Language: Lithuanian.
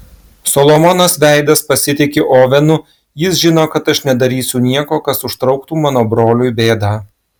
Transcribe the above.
solomonas veidas pasitiki ovenu jis žino kad aš nedarysiu nieko kas užtrauktų mano broliui bėdą